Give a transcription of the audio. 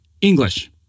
English